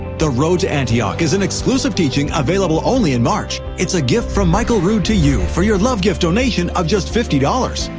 the road to antioch is an exclusive teaching available only in march. it's a gift from michael rood to you for your love gift donation of just fifty dollars.